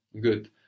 Good